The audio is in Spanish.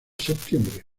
septiembre